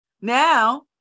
Now